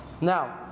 Now